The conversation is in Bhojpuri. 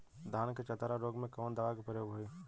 धान के चतरा रोग में कवन दवा के प्रयोग होई?